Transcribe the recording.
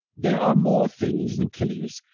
there are more things, lucilius,